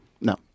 no